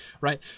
right